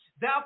Thou